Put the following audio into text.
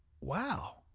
wow